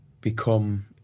become